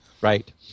Right